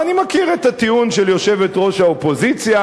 ואני מכיר את הטיעון של יושבת-ראש האופוזיציה,